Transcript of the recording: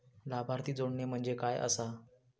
लाभार्थी जोडणे म्हणजे काय आसा?